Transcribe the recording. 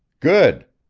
good!